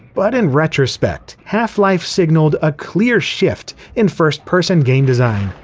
but in retrospect, half-life signaled a clear shift in first-person game design,